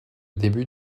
début